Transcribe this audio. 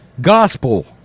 gospel